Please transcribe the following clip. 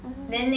orh